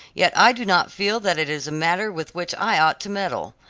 yet i do not feel that it is a matter with which i ought to meddle.